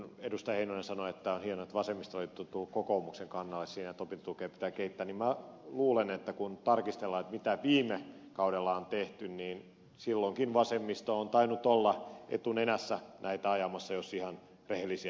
heinonen sanoi että on hienoa että vasemmistoliitto on tullut kokoomuksen kannalle siinä että opintotukea pitää kehittää niin minä luulen että kun tarkistellaan mitä viime kaudella on tehty niin silloinkin vasemmisto on tainnut olla etunenässä näitä ajamassa jos ihan rehellisiä ed